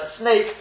snake